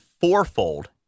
fourfold